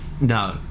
no